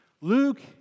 Luke